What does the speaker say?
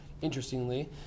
Interestingly